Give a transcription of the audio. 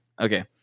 Okay